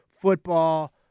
football